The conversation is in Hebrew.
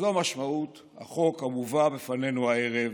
זו משמעות החוק המובא בפנינו הערב